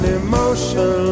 emotion